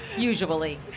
Usually